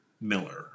Miller